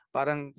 Parang